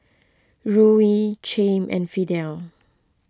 Ruie Chaim and Fidel